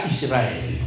Israel